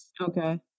Okay